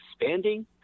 expanding